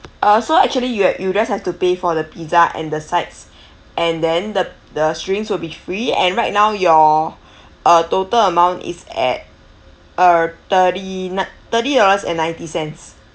uh so actually you uh you just have to pay for the pizza and the sides and then the the drinks will be free and right now your uh total amount is at uh thirty ni~ thirty dollars and ninety cents